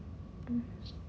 mm